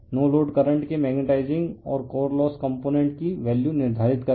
no load current के magnetising और core loss component की वैल्यू निर्धारित करें